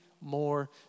more